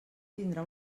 tindrà